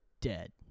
dead